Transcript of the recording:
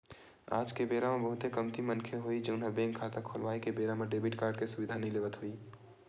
आज के बेरा म बहुते कमती मनखे होही जउन ह बेंक खाता खोलवाए के बेरा म डेबिट कारड के सुबिधा नइ लेवत होही